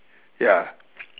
ya